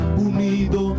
unido